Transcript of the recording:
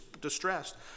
distressed